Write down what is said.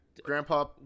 Grandpa